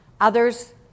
Others